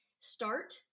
start